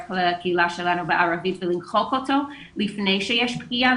כללי הקהילה שלנו בערבית ולמחוק אותו לפני שיש פגיעה,